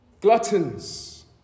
gluttons